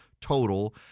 total